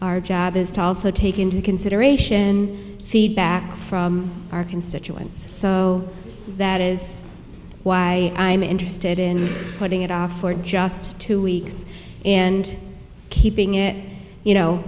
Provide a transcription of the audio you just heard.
our job is to also take into consideration feedback from our constituents so that is why i'm interested in putting it off for just two weeks and keeping it you know